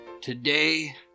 Today